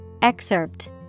Excerpt